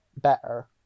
better